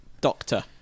doctor